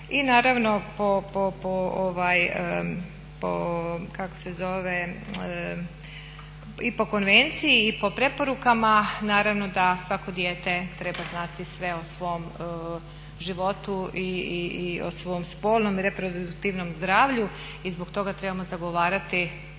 se zove, i po konvenciji i po preporukama naravno da svako dijete treba znati sve o svom životu i o svom spolnom i reproduktivnom zdravlju i zbog toga trebamo zagovarati